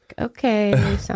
okay